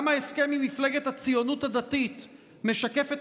גם ההסכם עם מפלגת הציונות הדתית משקף את